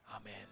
Amen